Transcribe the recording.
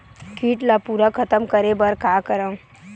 कीट ला पूरा खतम करे बर का करवं?